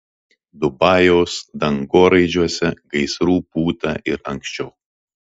dubajaus dangoraižiuose gaisrų būta ir anksčiau